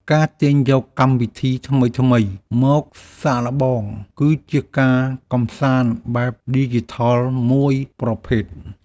ការទាញយកកម្មវិធីថ្មីៗមកសាកល្បង គឺជាការកម្សាន្តបែបឌីជីថលមួយប្រភេទ។